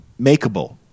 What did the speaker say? makeable